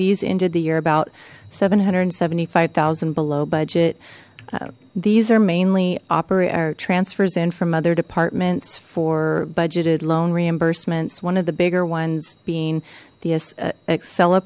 these ended the year about seven hundred and seventy five thousand below budget these are mainly opera our transfers in from other departments for budgeted loan reimbursements one of the bigger ones being the